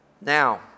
Now